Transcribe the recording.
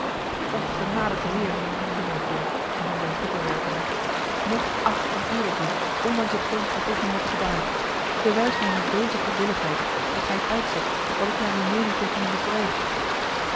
genadige heer ging hij voort zich aan zijne voeten werpende nog acht en eer ik u ondanks hetgeen gij tegen mij hebt gedaan bewijs mij nù deze goedwilligheid dat gij het uitzegt wat ik naar uwe meening tegen u misdreef